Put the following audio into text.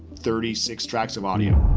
thirty six tracks of audio.